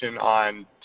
on